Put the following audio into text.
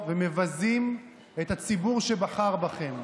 אז לא היית בקרקס לפני זה.